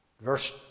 Verse